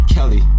Kelly